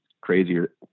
crazier